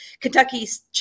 Kentucky's